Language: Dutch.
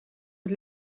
het